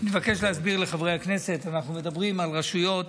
אבקש להסביר לחברי הכנסת, אנחנו מדברים על רשויות